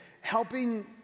helping